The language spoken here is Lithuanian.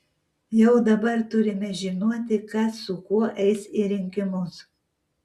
jau dabar turime žinoti kas su kuo eis į rinkimus